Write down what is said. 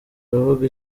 aravuga